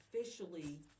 officially